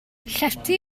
llety